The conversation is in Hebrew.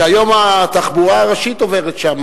שהיום התחבורה הראשית עוברת שם,